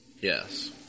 Yes